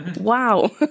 wow